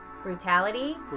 brutality